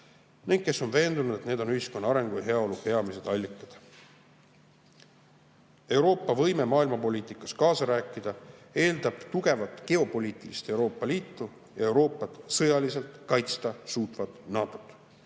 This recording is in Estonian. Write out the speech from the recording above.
ning kes on veendunud, et need on ühiskonna arengu ja heaolu peamised allikad. Euroopa võime maailmapoliitikas kaasa rääkida eeldab tugevat, geopoliitilist Euroopa Liitu ja Euroopat sõjaliselt kaitsta suutvat